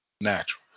Natural